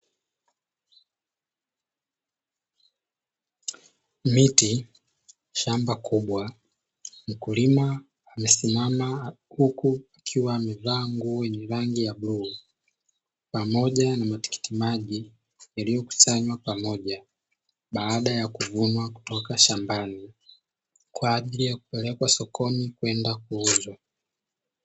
Miti shamba kubwa. Mkulima amesimama huku akiwa amevaa nguo yenye rangi ya bluu, pamoja na matikiti maji yaliyokusanywa pamoja baada ya kuvunwa kutoka shambani kwa ajili ya kupelekwa sokoni kwenda kuuzwa.